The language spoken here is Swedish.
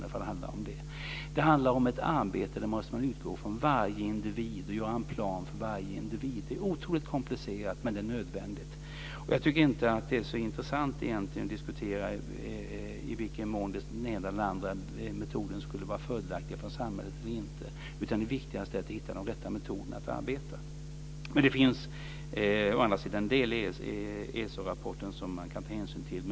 Man måste utgå från att det handlar om att arbeta för varje individ och att göra en plan för varje individ. Det är otroligt komplicerat, men det är nödvändigt. Jag tycker inte att det är så intressant att diskutera i vilken mån den ena eller andra metoden skulle vara fördelaktigare för samhället eller inte, utan det viktigaste är att hitta de rätta metoderna att arbeta. Det finns å andra sidan en del i ESO-rapporten som man kan ta hänsyn till.